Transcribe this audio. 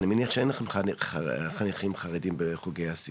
אני מניח שאין לכם חניכים חרדים בחוגי הסיור?